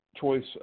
choice